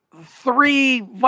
three